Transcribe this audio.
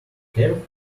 carefully